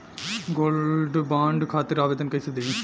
Gold bond खातिर आवेदन कैसे दिही?